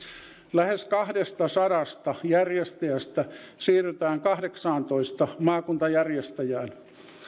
lähes kahdestasadasta järjestäjästä siirrytään kahdeksaantoista maakuntajärjestäjään